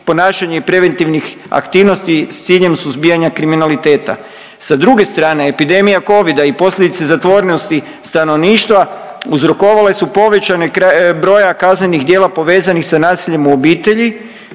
preventivnih aktivnosti s ciljem suzbijanja kriminaliteta. Sa druge strane epidemija covida i posljedica zatvorenosti stanovništva uzrokovale su povećanje broja kaznenih djela povezanih sa nasiljem u obitelji